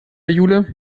jule